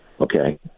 okay